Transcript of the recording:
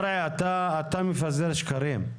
קרעי, אתה מפזר שקרים.